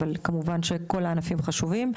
אבל כמובן שכל הענפים חשובים,